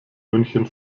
münchen